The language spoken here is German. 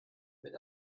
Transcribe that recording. mit